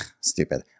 stupid